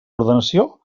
ordenació